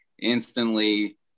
instantly